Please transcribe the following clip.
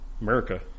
America